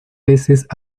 peces